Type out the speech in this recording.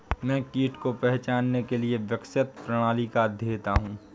मैं कीट को पहचानने के लिए विकसित प्रणाली का अध्येता हूँ